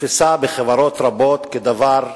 נתפסה בחברות רבות כדבר טבעי,